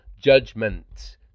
judgment